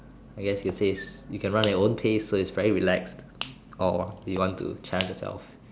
I guess you says you can run at your own pace so is very relax or you want to challenge yourself